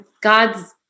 God's